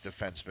defenseman